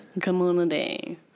Community